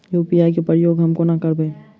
UPI केँ प्रयोग हम कोना करबे?